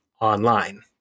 online